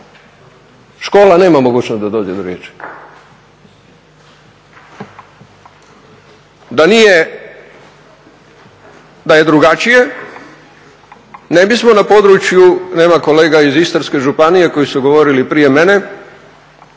Škola nema mogućnost da dođe do riječi. Da je drugačije, ne bismo na području, nema kolega iz Istarske županije koji su govorili prije mene,